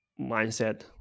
mindset